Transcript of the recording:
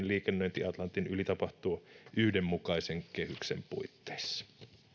liikennöinti atlantin yli tapahtuu yhdenmukaisen kehyksen puitteissa